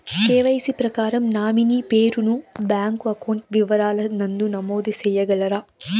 KYC ప్రకారం nominee పేరు ను బ్యాంకు అకౌంట్ వివరాల నందు నమోదు సేయగలరా?